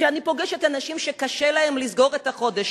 כשאני פוגשת אנשים שקשה להם לסגור את החודש,